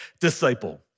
disciple